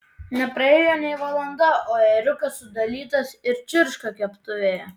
nepraėjo nė valanda o ėriukas sudalytas ir čirška keptuvėje